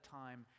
time